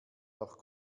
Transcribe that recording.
auch